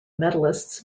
medalists